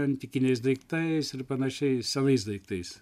antikiniais daiktais ir panašiai senais daiktais